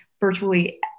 virtually